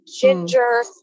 ginger